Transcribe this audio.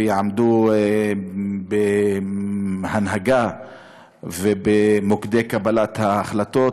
ויעמדו בהנהגה ובמוקדי קבלת ההחלטות,